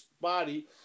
body